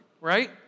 Right